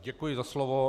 Děkuji za slovo.